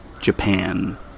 Japan